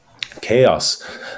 chaos